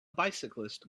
bicyclist